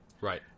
Right